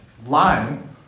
Line